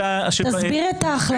תסביר את ההחלטה, גיל.